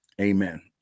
Amen